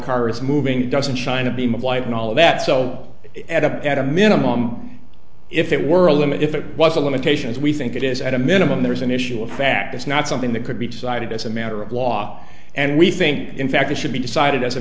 is moving it doesn't shine a beam of light on all of that so at a at a minimum if it were a limit if it was a limitation as we think it is at a minimum there's an issue of fact it's not something that could be decided as a matter of law and we think in fact it should be decided as a